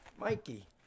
Mikey